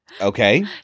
Okay